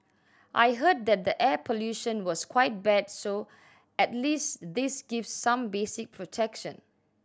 I heard that the air pollution was quite bad so at least this gives some basic protection